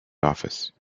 office